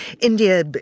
India